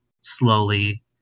slowly